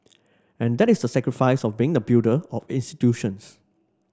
and that is the sacrifice of being the builder of institutions